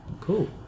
cool